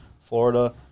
Florida